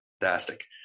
fantastic